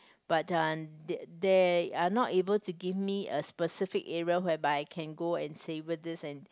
but uh they they are not able to give me a specific area whereby can go and savour this and